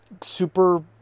super